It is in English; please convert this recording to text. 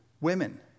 women